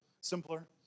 simpler